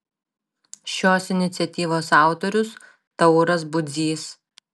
šios iniciatyvos autorius tauras budzys